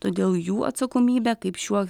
todėl jų atsakomybė kaip šiuo